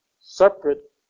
separate